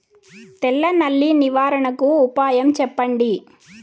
తెల్ల నల్లి నివారణకు ఉపాయం చెప్పండి?